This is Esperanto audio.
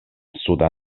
suda